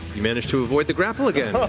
you manage to avoid the grapple again.